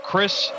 chris